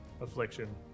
affliction